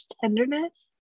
tenderness